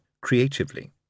creatively